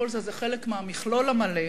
וכל זה זה חלק מהמכלול המלא.